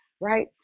right